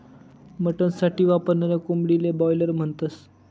mutton साठी वापरनाऱ्या कोंबडीले बायलर म्हणतस